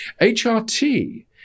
HRT